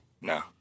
No